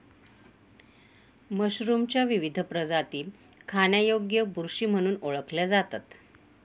मशरूमच्या विविध प्रजाती खाण्यायोग्य बुरशी म्हणून ओळखल्या जातात